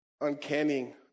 uncanny